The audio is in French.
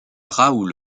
raoul